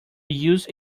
used